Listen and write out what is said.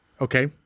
Okay